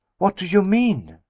what do you mean?